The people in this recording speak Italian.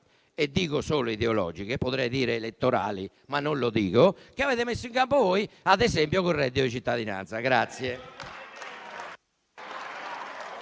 e dico solo ideologiche, potrei dire elettorali, ma non lo dico - che avete messo in campo voi con il reddito di cittadinanza.